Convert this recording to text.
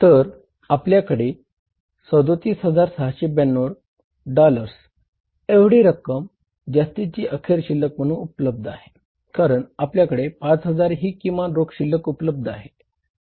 तर आपल्याकडे 37692 डॉलर्स एवढी रक्कम जास्तीची अखेर शिल्लक म्हणून उपलब्ध आहे कारण आपल्याकडे 5000 ही किमान रोख शिल्लक उपलब्ध आहे